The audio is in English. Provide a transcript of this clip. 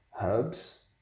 herbs